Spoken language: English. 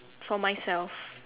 for myself